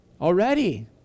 already